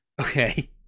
Okay